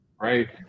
right